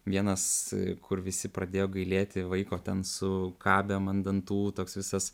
vienas kur visi pradėjo gailėti vaiko ten su kabėm ant dantų toks visas